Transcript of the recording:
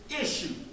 issue